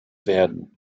werden